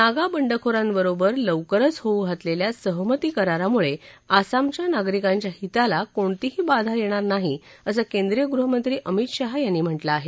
नागा बंडखोरांबरोबर लवकरच होऊ घातलेल्या सहमती करारामुळे आसामच्या नागरिकांच्या हिताला कोणतीही बाधा येणार नाही असं केंद्रीय गृहमंत्री अभित शहा यांनी म्हटलं आहे